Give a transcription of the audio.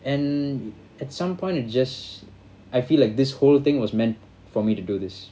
and at some point it just I feel like this whole thing was meant for me to do this